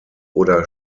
oder